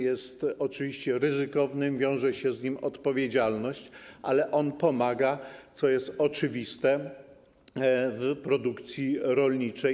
Jest oczywiście ryzykowny, wiąże się z nim odpowiedzialność, ale on pomaga, co jest oczywiste, w produkcji rolniczej.